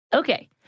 Okay